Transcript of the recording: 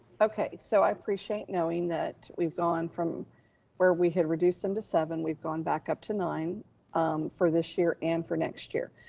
okay, so i appreciate knowing that we've gone from where we had reduced them to seven, we've gone back up to nine for this year, and for next year.